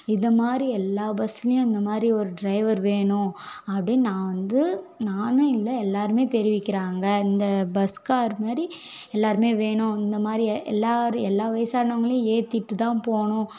இதை மாதிரி எல்லா பஸ்லேயும் இந்த மாதிரி ஒரு ட்ரைவர் வேணும் அப்படினு நான் வந்து நான் இல்லை எல்லோருமே தெரிவிக்கிறாங்க இந்த பஸ்காரர் மாதிரி எல்லோருமே வேணும் இந்த மாதிரி எல்லோரும் எல்லா வயசானவங்களையும் ஏற்றிட்டு தான் போகணும்